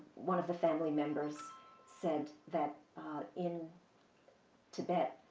one of the family members said that in tibet,